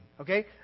okay